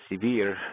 severe